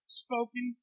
spoken